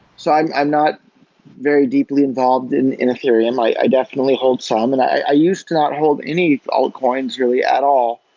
so i'm i'm not very deeply involved in in ethereum. i i definitely hold some. um and i i used to not hold any old coins really at all,